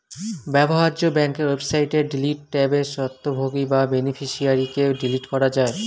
ব্যবহার্য ব্যাংকের ওয়েবসাইটে ডিলিট ট্যাবে স্বত্বভোগী বা বেনিফিশিয়ারিকে ডিলিট করা যায়